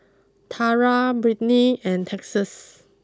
Tara Brittni and Texas